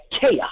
chaos